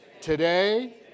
today